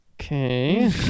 okay